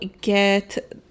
get